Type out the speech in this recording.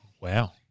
Wow